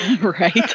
Right